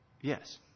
yes